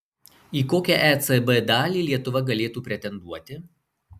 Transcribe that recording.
į kokią ecb dalį lietuva galėtų pretenduoti